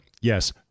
yes